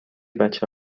بچه